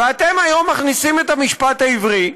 ואתם היום מכניסים את המשפט העברי,